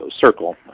circle